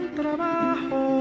trabajo